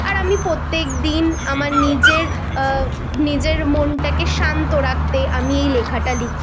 আর আমি প্রত্যেকদিন আমার নিজের নিজের মনটাকে শান্ত রাখতে আমি এই লেখাটা লিখি